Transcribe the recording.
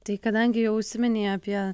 tai kadangi jau užsiminei apie